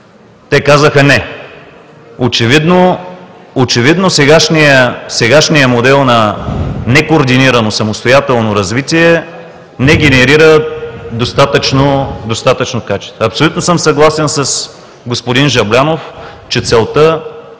Те казаха: „Не.“ Очевидно сегашният модел на некоординирано, самостоятелно развитие не генерира достатъчно качества. Абсолютно съм съгласен с господин Жаблянов, че целта